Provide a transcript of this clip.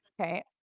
Okay